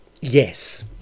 Yes